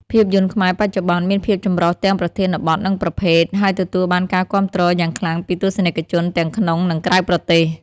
ភាពយន្តខ្មែរបច្ចុប្បន្នមានភាពចម្រុះទាំងប្រធានបទ និងប្រភេទ ហើយទទួលបានការគាំទ្រយ៉ាងខ្លាំងពីទស្សនិកជនទាំងក្នុងនិងក្រៅប្រទេស។